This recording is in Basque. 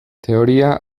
teoria